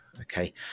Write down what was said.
okay